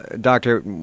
Doctor